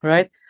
Right